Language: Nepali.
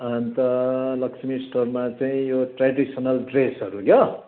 अन्त लक्ष्मी स्टोरमा चाहिँ यो ट्रेडिसनल ड्रेसहरू क्या